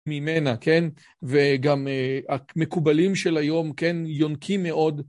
ממנה, כן, וגם המקובלים של היום, כן, יונקים מאוד